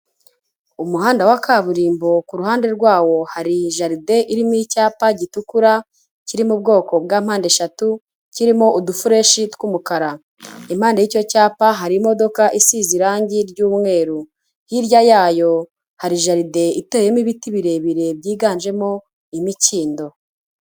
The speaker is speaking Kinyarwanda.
Umuhanda wa kaburimbo ku ruhande rwawo hari jaride irimo icyapa gitukura, kiri mu bwoko bwa mpande eshatu, kirimo udufureshi tw'umukara. Impande y'icyo cyapa, hari imodoka isize irangi ry'umweru, hirya yayo hari jaride iteyemo ibiti birebire byiganjemo imikindo.